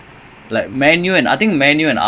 ya headed nice lah bottom corner